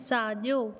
साॼो